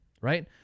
right